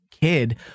kid